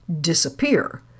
disappear